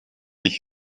ich